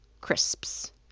crisps